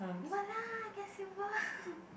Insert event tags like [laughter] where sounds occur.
!walao! I get silver [breath]